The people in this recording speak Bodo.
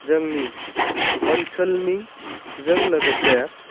जोंनि ओनसोलनि जों लोगोसे